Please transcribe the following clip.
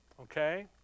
Okay